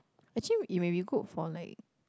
actually it may be good for like